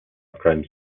crimes